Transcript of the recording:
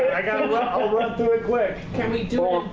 i got but i'll run through it quick. can we do um